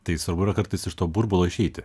tai svarbu yra kartais iš to burbulo išeiti